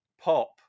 pop